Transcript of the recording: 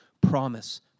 Promise